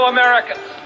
Americans